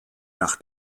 nach